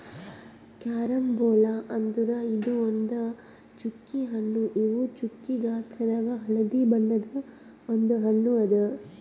carambola ಅಂದುರ್ ಇದು ಒಂದ್ ಚ್ಚುಕಿ ಹಣ್ಣು ಇವು ಚ್ಚುಕಿ ಗಾತ್ರದಾಗ್ ಹಳದಿ ಬಣ್ಣದ ಒಂದ್ ಹಣ್ಣು ಅದಾ